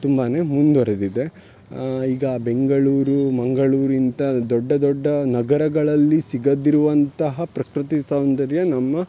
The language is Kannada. ತುಂಬಾ ಮುಂದುವರೆದಿದೆ ಈಗ ಬೆಂಗಳೂರು ಮಂಗಳೂರು ಇಂಥ ದೊಡ್ಡ ದೊಡ್ಡ ನಗರಗಳಲ್ಲಿ ಸಿಗದಿರುವಂತಹ ಪ್ರಕೃತಿ ಸೌಂದರ್ಯ ನಮ್ಮ